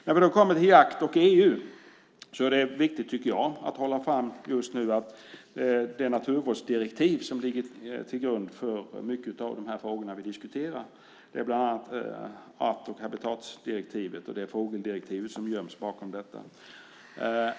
När vi då kommer till jakt och EU tycker jag att det är viktigt att framhålla just nu att det är naturvårdsdirektivet som ligger till grund för mycket av de frågor vi diskuterar. Det är bland annat art och habitatdirektivet och fågeldirektivet som göms bakom detta.